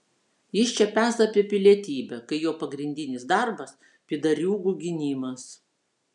jis čia peza apie pilietybę kai jo pagrindinis darbas pydariūgų gynimas